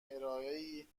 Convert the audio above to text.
ارائهای